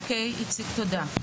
איציק, תודה.